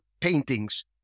paintings